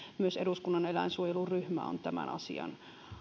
myös eduskunnan eläinsuojeluryhmä on tämän asian